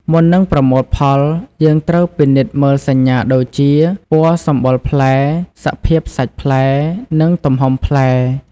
មុននឹងប្រមូលផល យើងត្រូវពិនិត្យមើលសញ្ញាដូចជា ពណ៌សម្បុរផ្លែ សភាពសាច់ផ្លែ និងទំហំផ្លែ។